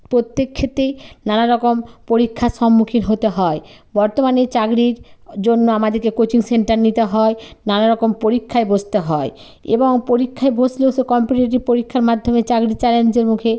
প্রত্যেক ক্ষেত্রেই নানারকম পরীক্ষার সম্মুখীন হতে হয় বর্তমানে চাকরির জন্য আমাদেরকে কোচিং সেন্টার নিতে হয় নানারকম পরীক্ষায় বসতে হয় এবং পরীক্ষায় বসলেও সে কম্পিটিটিভ পরীক্ষার মাধ্যমে চাকরি চ্যালেঞ্জের মুখে